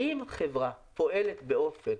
אם חברה פועלת באופן